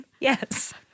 yes